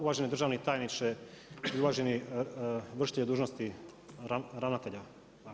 Uvaženi državni tajniče i uvaženi vršitelju dužnosti ravnatelja.